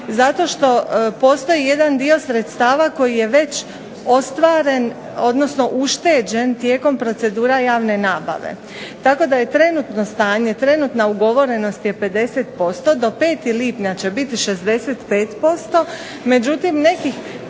zato što postoji jedan dio sredstava koji je već ostvaren, odnosno ušteđen tijekom procedura javne nabave. Tako da je trenutno stanje, trenutna ugovorenost je 50%, do 5. lipnja će biti 65%, međutim nekih